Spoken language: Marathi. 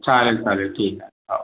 चालेल चालेल ठीक आहे हो